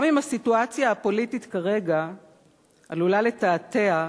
גם אם הסיטואציה הפוליטית כרגע עלולה לתעתע,